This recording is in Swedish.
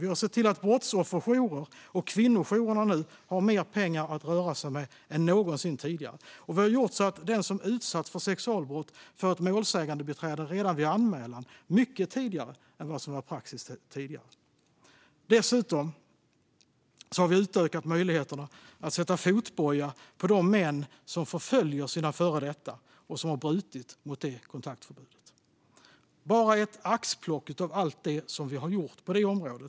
Vi har sett till att brottsofferjourer och kvinnojourer nu har mer pengar att röra sig med än någonsin tidigare, och vi har gjort så att den som utsatts för sexualbrott nu får ett målsägandebiträde redan vid anmälan - mycket tidigare än vad som förut var praxis. Dessutom har vi ökat möjligheterna att sätta fotboja på de män som förföljer sina före detta och har brutit mot kontaktförbudet. Det här är bara ett axplock av allt vi gjort på detta område.